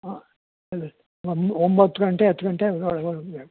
ಹಾಂ ಎಲ್ಲಿ ನಮ್ದು ಒಂಬತ್ತು ಗಂಟೆ ಹತ್ತು ಗಂಟೆ ಹಂಗೆ ಹೊರ ಹೊರಡ್ಬೇಕು